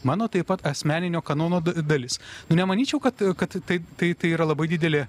mano taip pat asmeninio kanono dalis nemanyčiau kad kad taip tai yra labai didelė